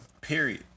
Period